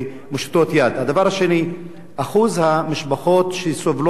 אחוז המשפחות שסובלות ממצוקות כלכליות אמיתיות,